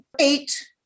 eight